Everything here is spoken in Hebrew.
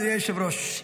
אדוני היושב-ראש,